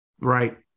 Right